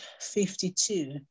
52